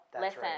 Listen